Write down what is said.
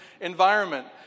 environment